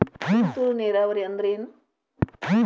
ತುಂತುರು ನೇರಾವರಿ ಅಂದ್ರ ಏನ್?